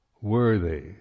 Worthy